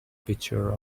picture